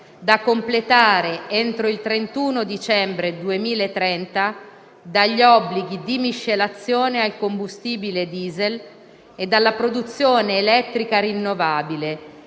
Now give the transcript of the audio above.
da completare entro il 31 dicembre 2030, dagli obblighi di miscelazione al combustibile diesel e dalla produzione elettrica rinnovabile,